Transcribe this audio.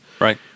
Right